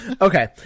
Okay